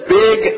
big